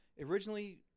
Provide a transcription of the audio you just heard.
Originally